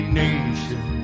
nation